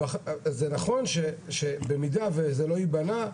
זה נכון שבמידה והוא לא יבנה,